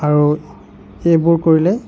আৰু এইবোৰ কৰিলে